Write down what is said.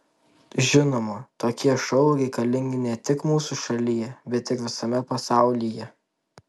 žinoma tokie šou reikalingi ne tik mūsų šalyje bet ir visame pasaulyje